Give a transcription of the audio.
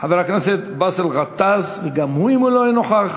חבר הכנסת באסל גטאס, ואם גם הוא לא יהיה נוכח,